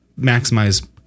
maximize